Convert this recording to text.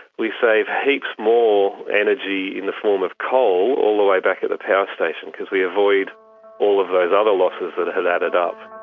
we save heaps more energy in the form of coal all the way back at the power station because we avoid all of those other losses that had added up.